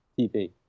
TV